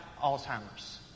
Alzheimer's